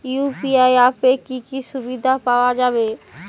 UPI অ্যাপে কি কি সুবিধা পাওয়া যাবে?